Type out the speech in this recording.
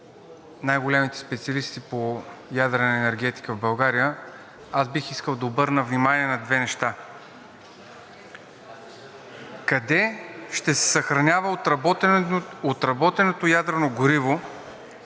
най-големите специалисти по ядрена енергетика в България, аз бих искал да обърна внимание на две неща. Къде ще се съхранява отработеното ядрено гориво,